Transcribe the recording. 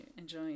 enjoy